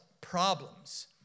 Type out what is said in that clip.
problems